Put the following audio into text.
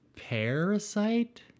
Parasite